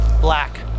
black